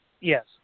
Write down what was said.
Yes